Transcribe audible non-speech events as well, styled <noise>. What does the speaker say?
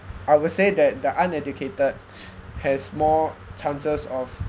I would say that the uneducated <breath> has more chances of